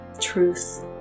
truth